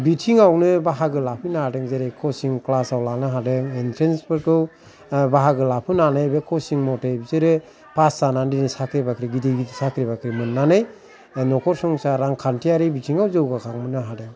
बिथिंआवनो बाहागो लाफैनो हादों जेरै कसिं क्लास आव लानो हादों एन्ट्रेन्स फोरखाै बाहागो लाफुनानै बे कसिं मथे बिसोरो फास जानानै साख्रि बाख्रि गिदिर गिदिर साख्रि बाख्रि मोनानै नखर संसर रांखानथिआरि बिथिंआव जाैगाखांनो हादों